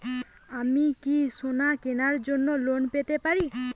আমি কি সোনা কেনার জন্য লোন পেতে পারি?